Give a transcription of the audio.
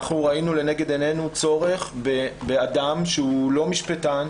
ראינו לנגד עינינו צורך באדם שהוא לא משפטן,